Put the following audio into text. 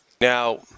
Now